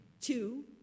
two